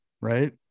right